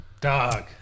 Dog